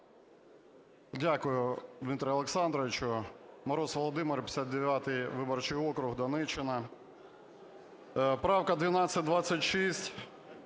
Дякую, Дмитре Олександровичу. Мороз Володимир, 59 виборчий округ, Донеччина. Правка 1226.